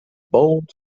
both